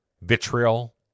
vitriol